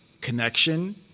connection